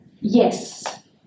yes